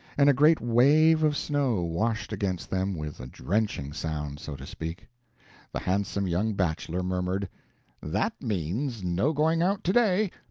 and a great wave of snow washed against them with a drenching sound, so to speak the handsome young bachelor murmured that means, no going out to-day.